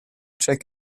check